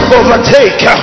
overtake